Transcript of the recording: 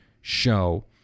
show